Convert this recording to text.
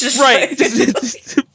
right